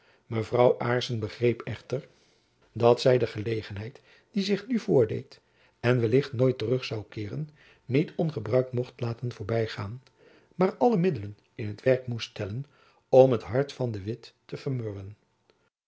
mevrouw aarssen begreep echter dat zy de gelegenheid die zich nu voordeed en wellicht nooit terug zou keeren niet ongebruikt mocht laten voorbygaan maar alle middelen in t werk moest stellen om het hart van de witt te vermurwen